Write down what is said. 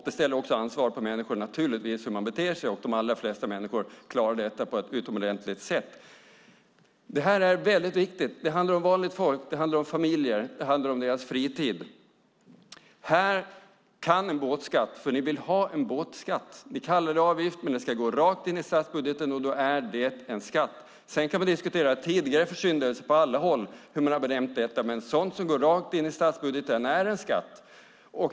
Det ställer naturligtvis också krav på människor, hur de beter sig, och de allra flesta människor klarar detta på ett utomordentligt sätt. Det här är viktigt. Det handlar om vanligt folk. Det handlar om familjer. Det handlar om deras fritid. Ni vill ha en båtskatt. Ni kallar det en avgift, men den ska gå rakt in i statsbudgeten, och då är det en skatt. Sedan kan man diskutera tidigare försyndelser på alla håll när det gäller hur man har benämnt detta. Men sådant som går rakt in i statsbudgeten är en skatt.